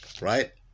right